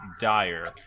dire